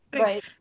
right